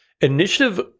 initiative